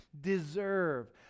deserve